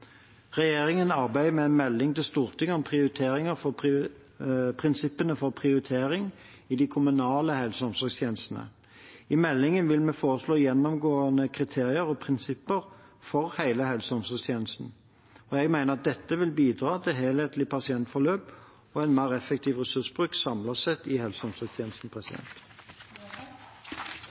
Regjeringen arbeider med en melding til Stortinget om prinsippene for prioritering i de kommunale helse- og omsorgstjenestene. I meldingen vil vi foreslå gjennomgående kriterier og prinsipper for hele helse- og omsorgstjenesten. Jeg mener at dette vil bidra til helhetlig pasientforløp og en mer effektiv ressursbruk samlet sett i helse- og omsorgstjenesten.